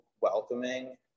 welcoming